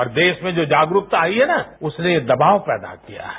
और जो देश में जो जागरूकता आई है न उसने ये दबाव पैदा किया है